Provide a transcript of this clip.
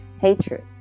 hatred